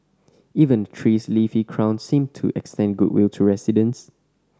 even the tree's leafy crown seemed to extend goodwill to residents